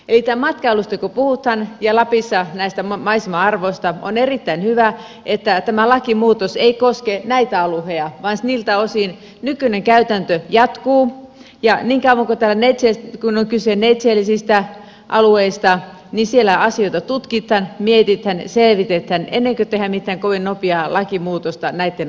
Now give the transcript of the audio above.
eli matkailusta kun puhutaan ja lapissa näistä maisema arvoista on erittäin hyvä että tämä lakimuutos ei koske näitä alueita vaan niiltä osin nykyinen käytäntö jatkuu ja niin kauan kuin on kyse neitseellisistä alueista siellä asioita tutkitaan mietitään selvitetään ennen kuin tehdään mitään kovin nopeaa lakimuutosta näitten osalta